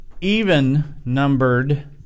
even-numbered